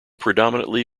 predominantly